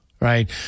right